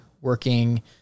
working